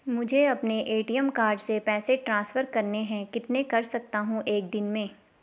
मुझे अपने ATM card से पैसे ट्रांसफर करने हैं कितने कर सकता हूँ एक दिन में?